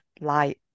light